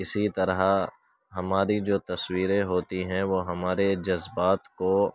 اسی طرح ہماری جو تصویریں ہوتی ہیں وہ ہمارے جذبات کو